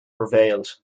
prevailed